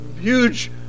huge